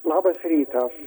labas rytas